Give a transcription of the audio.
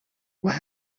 what